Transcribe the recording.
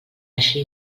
així